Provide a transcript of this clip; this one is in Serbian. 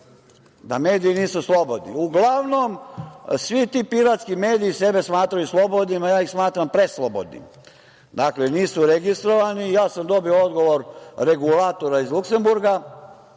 da mediji nisu slobodni. Uglavnom svi ti piratski mediji sebe smatraju slobodnim, a ja ih smatram preslobodnim. Dakle, nisu registrovani. Ja sam dobio odgovor regulatora iz Luksemburga,